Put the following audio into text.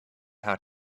how